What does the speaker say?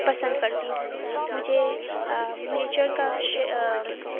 پسند کرتی ہوں مجھے نیچر کا شے